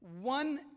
one